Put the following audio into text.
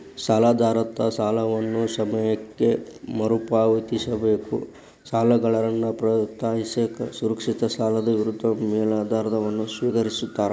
ಸಾಲದಾತರ ಸಾಲವನ್ನ ಸಮಯಕ್ಕ ಮರುಪಾವತಿಸಕ ಸಾಲಗಾರನ್ನ ಪ್ರೋತ್ಸಾಹಿಸಕ ಸುರಕ್ಷಿತ ಸಾಲದ ವಿರುದ್ಧ ಮೇಲಾಧಾರವನ್ನ ಸ್ವೇಕರಿಸ್ತಾರ